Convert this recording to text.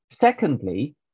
Secondly